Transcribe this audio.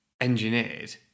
engineered